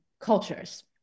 cultures